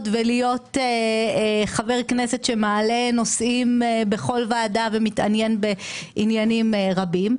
ולהיות חבר כנסת שמעלה נושאים בכל ועדה ומתעניין בעניינים רבים.